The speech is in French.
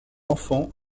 enfant